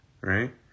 right